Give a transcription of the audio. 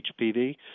HPV